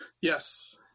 Yes